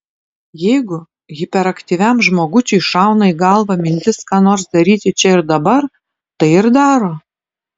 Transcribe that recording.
jeigu hiperaktyviam žmogučiui šauna į galvą mintis ką nors daryti čia ir dabar tai ir daro